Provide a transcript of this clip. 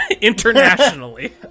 internationally